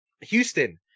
Houston